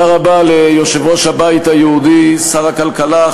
גם בהיבט הזה ראוי וצריך לומר שאני באופן